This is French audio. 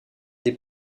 des